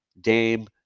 Dame